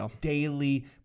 daily